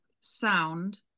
sound